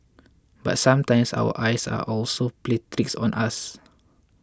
but sometimes our eyes also plays tricks on us